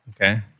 okay